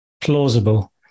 plausible